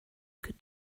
could